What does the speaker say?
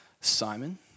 Simon